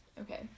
okay